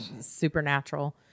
Supernatural